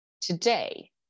today